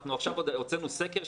אנחנו הוצאנו סקר,